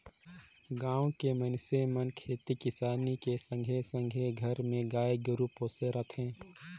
गाँव के मइनसे मन खेती किसानी के संघे संघे घर मे गाय गोरु पोसे रथें